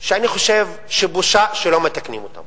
שאני חושב שבושה שלא מתקנים אותם.